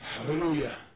Hallelujah